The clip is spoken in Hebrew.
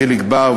חיליק בר,